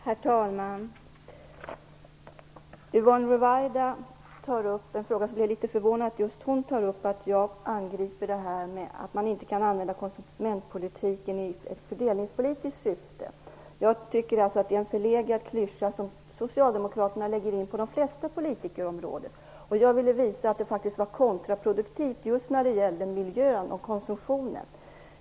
Herr talman! Jag blir litet förvånad över att just Yvonne Ruwaida tar upp att jag hävdar att man inte kan använda konsumentpolitiken i ett fördelningspolitiskt syfte. Jag tycker att det är en förlegad klyscha som socialdemokraterna lägger in på de flesta politiska områden. Jag ville visa att det faktiskt är kontraproduktivt just när det gäller miljön och konsumtionen.